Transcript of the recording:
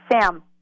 sam